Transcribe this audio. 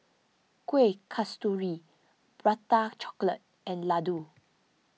Kuih Kasturi Prata Chocolate and Laddu